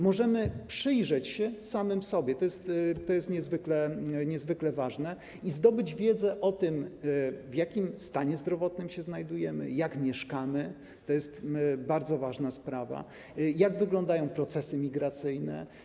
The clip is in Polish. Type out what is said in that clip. Możemy przyjrzeć się samym sobie - to jest niezwykle ważne - i zdobyć wiedzę o tym, w jakim stanie zdrowotnym się znajdujemy, jak mieszkamy - to jest bardzo ważna sprawa - i jak wyglądają procesy migracyjne.